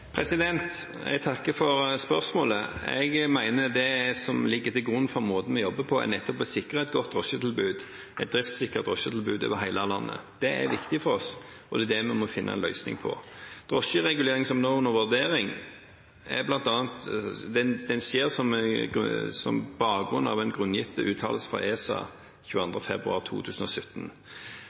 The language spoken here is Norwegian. Jeg takker for spørsmålet. Jeg mener det som ligger til grunn for måten vi jobber på, nettopp er å sikre et godt, driftssikkert drosjetilbud over hele landet. Det er viktig for oss, og det er det vi må finne en løsning på. Drosjereguleringen som nå er under vurdering, skjer på bakgrunn av den grunngitte uttalelsen fra ESA 22. februar 2017. Noe av det som ESA